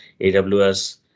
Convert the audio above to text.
AWS